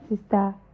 sister